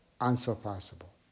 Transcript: unsurpassable